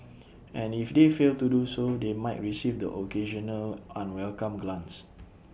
and if they fail to do so they might receive the occasional unwelcome glance